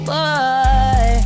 Boy